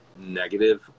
negative